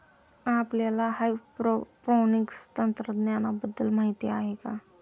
आपल्याला हायड्रोपोनिक्स तंत्रज्ञानाबद्दल माहिती आहे का?